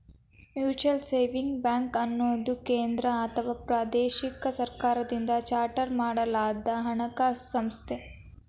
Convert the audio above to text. mutual savings ಬ್ಯಾಂಕ್ಅನ್ನುದು ಕೇಂದ್ರ ಅಥವಾ ಪ್ರಾದೇಶಿಕ ಸರ್ಕಾರದಿಂದ ಚಾರ್ಟರ್ ಮಾಡಲಾದಹಣಕಾಸು ಸಂಸ್ಥೆ